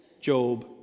Job